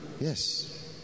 Yes